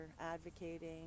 advocating